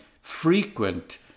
frequent